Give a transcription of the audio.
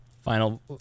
Final